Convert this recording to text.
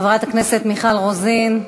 חברת הכנסת מיכל רוזין,